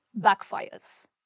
backfires